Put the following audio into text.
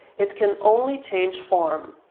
it can only change form',